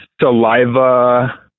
saliva